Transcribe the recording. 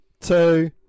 Two